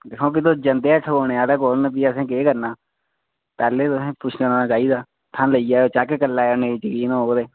दिक्खां तुस जंदे ठगोने आह्ले कोल फ्ही असें केह् करना पैह्लें तुसें पुच्छना चाहिदा इत्थै लेई चैक करी लैओ नेईं जकीन होग ते